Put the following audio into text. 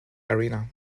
arena